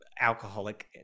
alcoholic